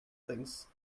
things